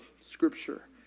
scripture